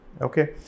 Okay